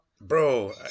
Bro